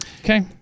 Okay